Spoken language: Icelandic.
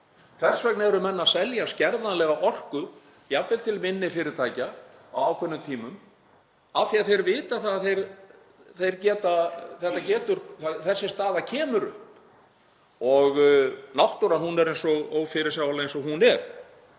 Þess vegna eru menn að selja skerðanlega orku, jafnvel til minni fyrirtækja á ákveðnum tímum, af því að þeir vita að þessi staða kemur upp. Náttúran er ófyrirsjáanleg eins og hún er.